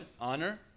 honor